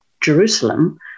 Jerusalem